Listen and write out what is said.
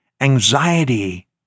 anxiety